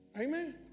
Amen